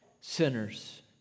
sinners